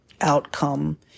outcome